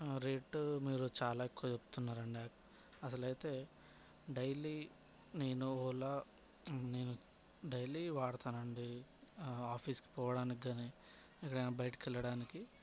rate మీరు చాలా ఎక్కువ చెప్తున్నారండి అసలైతే డైలీ నేను ఓలా నేను డైలీ వాడతానండీ ఆఫీస్కి పోవడానికి కాని ఎక్కడైనా బయటికి వెళ్ళడానికి